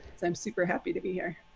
so i'm super happy to be here.